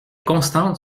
constantes